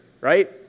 right